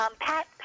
Pat